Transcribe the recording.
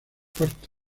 parto